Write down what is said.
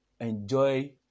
Enjoy